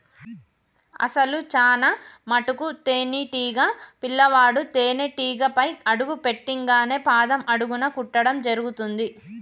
అసలు చానా మటుకు తేనీటీగ పిల్లవాడు తేనేటీగపై అడుగు పెట్టింగానే పాదం అడుగున కుట్టడం జరుగుతుంది